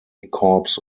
corps